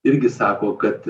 irgi sako kad